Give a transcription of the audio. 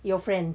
your friend